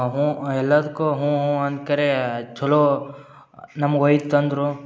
ಹ್ಞೂ ನಾವು ಎಲ್ಲಾದಕ್ಕೂ ಹ್ಞೂ ಹ್ಞೂ ಅನ್ಕರೆ ಛಲೋ ನಮಗೆ ಒಯ್ದು ತಂದರು